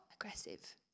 aggressive